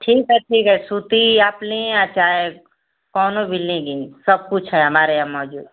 ठीक है ठीक है सूती या आप या चाहे कोनों भी लेंगी सब कुछ है हमारे यहाँ मौजूद